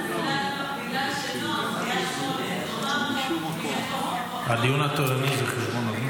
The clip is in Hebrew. בגלל שנוח היה שמונה --- הדיון התורני זה על חשבון הזמן.